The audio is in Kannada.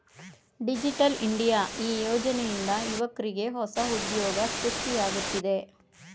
ಡಿಜಿಟಲ್ ಇಂಡಿಯಾ ಈ ಯೋಜನೆಯಿಂದ ಯುವಕ್ರಿಗೆ ಹೊಸ ಉದ್ಯೋಗ ಸೃಷ್ಟಿಯಾಗುತ್ತಿದೆ